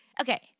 Okay